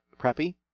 preppy